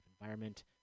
environment